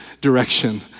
direction